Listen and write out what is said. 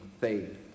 faith